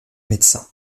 médecin